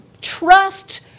trust